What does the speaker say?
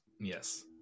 Yes